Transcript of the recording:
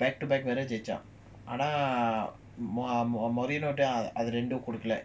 back to back வேறஜெய்ச்சான்ஆனாமோரிநோக்குரெண்டுமேகொடுக்கல:vera jeichan ana morinoku rendume kodukala